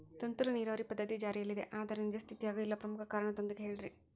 ತುಂತುರು ನೇರಾವರಿ ಪದ್ಧತಿ ಜಾರಿಯಲ್ಲಿದೆ ಆದರೆ ನಿಜ ಸ್ಥಿತಿಯಾಗ ಇಲ್ಲ ಪ್ರಮುಖ ಕಾರಣದೊಂದಿಗೆ ಹೇಳ್ರಿ?